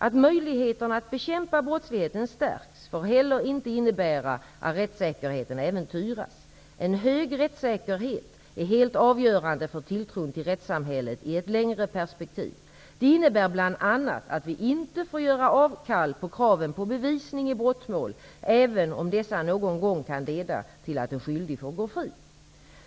Att möjligheterna att bekämpa brottsligheten stärks får heller inte innebära att rättssäkerheten äventyras. En hög rättssäkerhet är helt avgörande för tilltron till rättssamhället i ett längre perspektiv. Detta innebär bl.a. att vi inte får göra avkall på kraven på bevisning i brottmål, även om dessa någon gång kan leda till att en skyldig får gå fri.